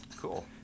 Cool